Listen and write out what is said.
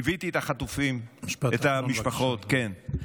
ליוויתי את החטופים, את המשפחות, כן.